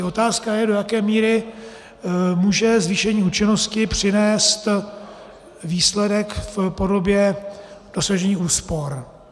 Otázka je, do jaké míry může zvýšení účinnosti přinést výsledek v podobě dosažení úspor.